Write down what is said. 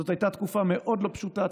זאת הייתה תקופה מאוד לא פשוטה.